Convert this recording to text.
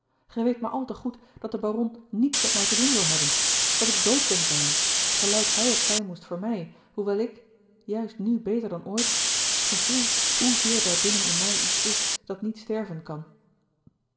weet maar al te goed dat de baron niets met mij te doen wil hebben dat ik dood ben voor hem gelijk hij het zijn moest voor mij hoewel ik juist nu beter dan ooit gevoel hoezeer daar binnen in mij iets is dat niet sterven kan